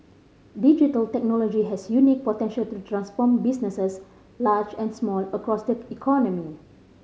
digital technology has unique potential to transform businesses large and small across the economy